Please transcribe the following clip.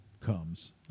comes